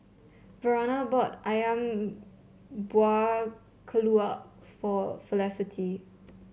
Verona bought ayam Buah Keluak for Felicity